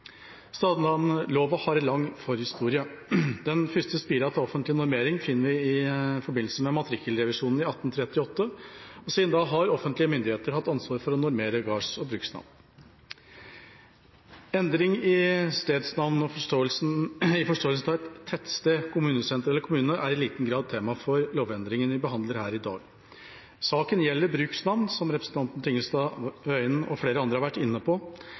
Stedsnavnloven har en lang forhistorie. Den første spiren til offentlig normering finner vi i forbindelse med matrikkelrevisjonen i 1838, og siden da har offentlige myndigheter hatt ansvar for å normere gårds- og bruksnavn. Endring i stedsnavn, i forståelsen tettsted, kommunesenter eller kommune, er i liten grad tema for lovendringa vi behandler her i dag. Saken gjelder bruksnavn, som representanten Tingelstad Wøien og flere har vært inne på,